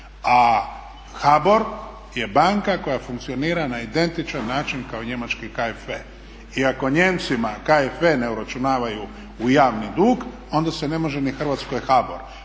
A HBOR je banka koja funkcionira na identičan način kao i njemački KFV i ako Nijemcima KFV ne uračunavaju u javni dug onda se ne može ni Hrvatskoj HBOR.